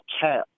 cap